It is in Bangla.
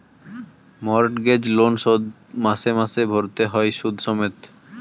মর্টগেজ লোন শোধ মাসে মাসে ভরতে হই শুধ সমেত